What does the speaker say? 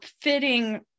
fitting